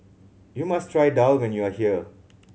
you must try daal when you are here